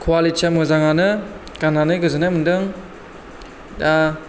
कवालिटिया मोजांआनो गाननानै गोजोननाय मोनदों दा